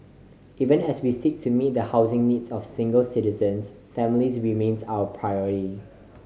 even as we seek to meet the housing needs of single citizens families remains our priority